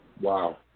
wow